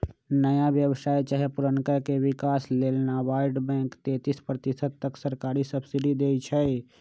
नया व्यवसाय चाहे पुरनका के विकास लेल नाबार्ड बैंक तेतिस प्रतिशत तक सरकारी सब्सिडी देइ छइ